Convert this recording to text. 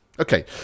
Okay